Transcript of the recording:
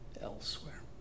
elsewhere